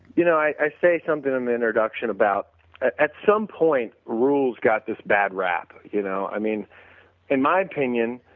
you know, i say something in the introduction about at some point rules got this bad rap, you know. i mean in my opinion,